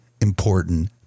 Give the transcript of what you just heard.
important